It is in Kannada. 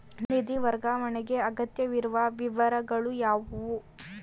ನಿಧಿ ವರ್ಗಾವಣೆಗೆ ಅಗತ್ಯವಿರುವ ವಿವರಗಳು ಯಾವುವು?